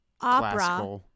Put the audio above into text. opera